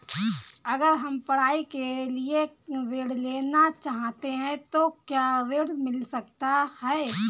अगर हम पढ़ाई के लिए ऋण लेना चाहते हैं तो क्या ऋण मिल सकता है?